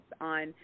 on